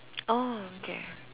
oh okay